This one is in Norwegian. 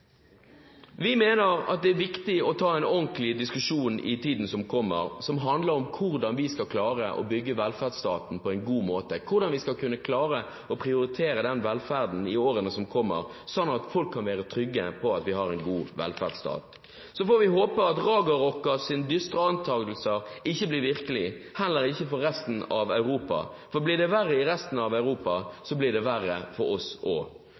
Vi mener at det er viktig å ta en ordentlig diskusjon i tiden som kommer, som handler om hvordan vi skal klare å bygge velferdsstaten på en god måte, hvordan vi skal kunne klare å prioritere velferden i årene som kommer, slik at folk kan være trygge på at vi har en god velferdsstat. Så får vi håpe at Raga Rockers dystre antakelser ikke blir virkelig, heller ikke for resten av Europa, for blir det verre i resten av Europa, blir det verre for oss